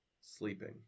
Sleeping